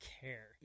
care